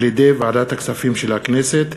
על-ידי ועדת הכספים של הכנסת.